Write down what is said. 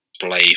play